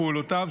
פעולותיו,